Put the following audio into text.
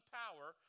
power